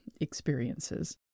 experiences